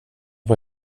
var